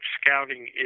scouting